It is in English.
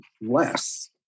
less